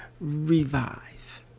revive